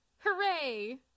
Hooray